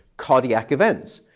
cardiac events.